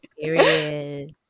Period